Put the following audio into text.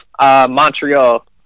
Montreal